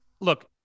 Look